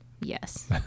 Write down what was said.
Yes